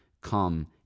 come